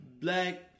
black